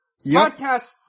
Podcasts